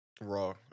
Raw